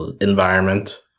environment